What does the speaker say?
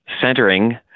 centering